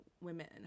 women